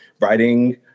writing